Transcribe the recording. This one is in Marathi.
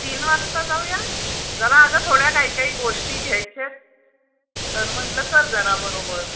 तीन वाजता जाऊया जरा अगं थोड्या काही काही गोष्टी घ्यायच्या आहेत तर म्हटलं चल जरा बरोबर